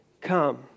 come